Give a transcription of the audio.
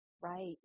Right